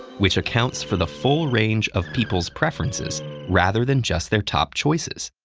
which accounts for the full range of people's preferences rather than just their top choices?